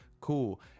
cool